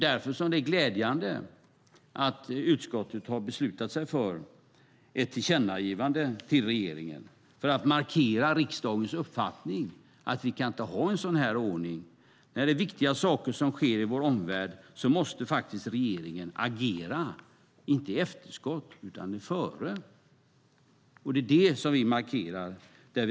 Därför är det glädjande att utskottet beslutat sig för att göra ett tillkännagivande till regeringen för att markera riksdagens uppfattning att vi inte kan ha en sådan ordning. När viktiga saker sker i vår omvärld måste regeringen agera, inte i efterskott utan innan det sker. Det markerar vi i tillkännagivandet.